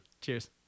cheers